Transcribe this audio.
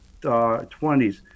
20s